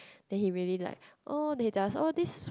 then he really like oh they just all this